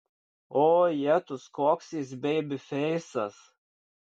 o jetus koks jis beibifeisas